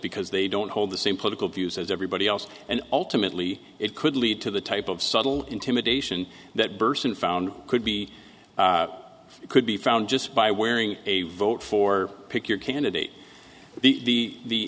because they don't hold the same political views as everybody else and ultimately it could lead to the type of subtle intimidation that burson found could be could be found just by wearing a vote for pick your candidate the